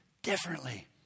Differently